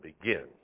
begin